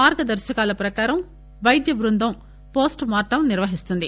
మార్గదర్శకాల ప్రకారం వైద్య బృందం పోస్ట్ మార్టం నిర్వహిస్తుంది